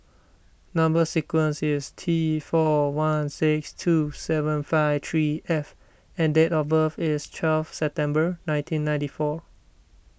Number Sequence is T four one six two seven five three F and date of birth is twelve September nineteen ninety four